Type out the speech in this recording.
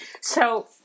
So-